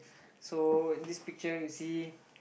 so in this picture you see